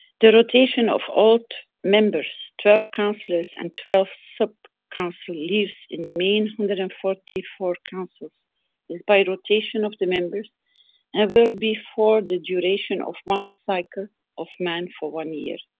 the rotation of all members, twelve councilors and twelve sub council leaves in the main one hundred and forty four councils is by rotation of the members and will be for the duration of one cycle of man for one year.